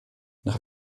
nach